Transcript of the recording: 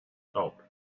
help